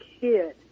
kid